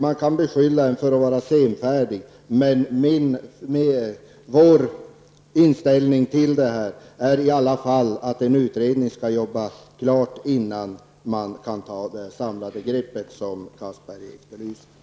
Man kan beskylla regeringen för att vara senfärdig, men vår inställning i denna fråga är i alla fall att utredningen skall arbeta klart innan man kan ta det samlade grepp som Anders Castberger efterlyser.